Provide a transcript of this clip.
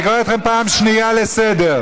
אני קורא אתכם פעם שנייה לסדר.